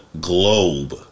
globe